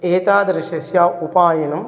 एतादृशम् उपायनम्